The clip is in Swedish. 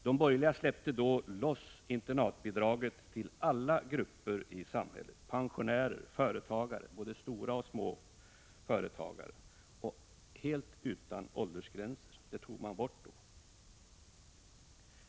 De borgerliga släppte loss internatbidraget till alla grupper i samhället — pensionärer, storföretagare och småföretagare — helt utan åldersgränser. Åldersgränsen tog man bort.